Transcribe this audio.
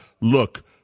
look